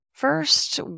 first